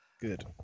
Good